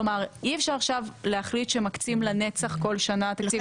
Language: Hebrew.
כלומר אי אפשר עכשיו להחליט שמקצים לנצח כל שנה תקציב.